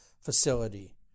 facility